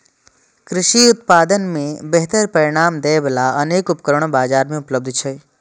कृषि उत्पादन मे बेहतर परिणाम दै बला अनेक उपकरण बाजार मे उपलब्ध छै